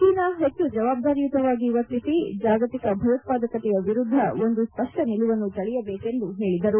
China ಹೆಚ್ಚು ಜವಾಬ್ದಾರಿಯುತವಾಗಿ ವರ್ತಿಸಿ ಜಾಗತಿಕ ಭಯೋತ್ವಾದಕತೆಯ ವಿರುದ್ದ ಒಂದು ಸ್ವಪ್ಪ ನಿಲುವನ್ನು ತಳೆಯಬೇಕೆಂದು ಹೇಳಿದರು